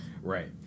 Right